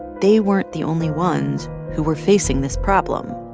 they weren't the only ones who were facing this problem.